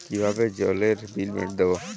কিভাবে জলের বিল দেবো?